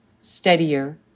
steadier